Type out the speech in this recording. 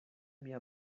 mia